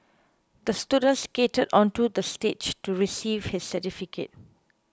the student skated onto the stage to receive his certificate